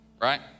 right